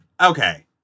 Okay